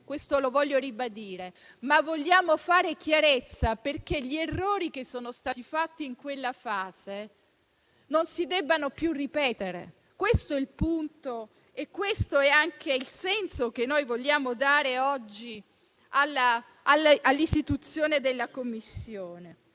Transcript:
(questo lo voglio ribadire). Ma vogliamo fare chiarezza, perché gli errori che sono stati fatti in quella fase non si debbano più ripetere. Questo è il punto e questo è anche il senso che vogliamo dare oggi all'istituzione della Commissione;